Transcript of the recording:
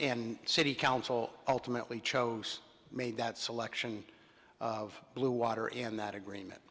and city council ultimately chose made that selection of bluewater and that agreement